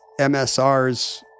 MSRs